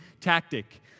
tactic